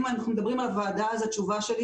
אם אנחנו מדברים על הוועדה אז התשובה שלי